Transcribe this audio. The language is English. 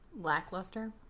lackluster